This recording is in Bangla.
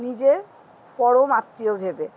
নিজের পরমত্মীয় ভেবে